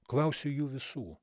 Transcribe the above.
klausiu jų visų